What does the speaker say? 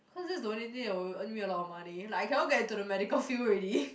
cause this is the only thing that will earn me a lot of money like I cannot get into the medical field already